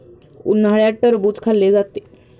उन्हाळ्यात टरबूज खाल्ले जाते